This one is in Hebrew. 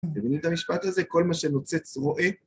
אתם מבינים את המשפט הזה? כל מה שנוצץ רואה.